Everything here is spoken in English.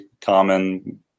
common